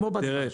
כמו בדבש,